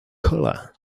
cola